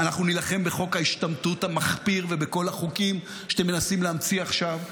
אנחנו נילחם בחוק ההשתמטות המחפיר ובכל החוקים שאתם מנסים להמציא עכשיו.